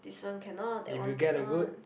this one cannot that one cannot